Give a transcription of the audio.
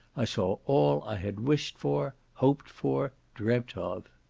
i saw all i had wished for, hoped for, dreamed of.